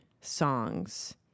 songs